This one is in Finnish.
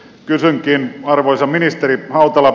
kysynkin arvoisa ministeri hautala